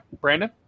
Brandon